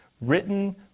written